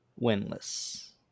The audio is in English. winless